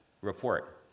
report